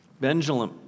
Benjamin